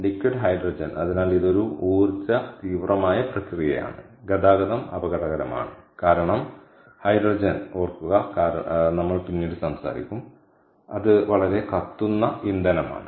liquid hydrogen അതിനാൽ ഇതൊരു ഊർജ്ജ തീവ്രമായ പ്രക്രിയയാണ് ഗതാഗതം അപകടകരമാണ് കാരണം ഹൈഡ്രജൻ വീണ്ടും ഓർക്കുക കാരണം നമ്മൾ പിന്നീട് സംസാരിക്കും അത് വളരെ കത്തുന്ന ഇന്ധനമാണ്